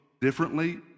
differently